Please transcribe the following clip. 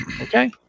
okay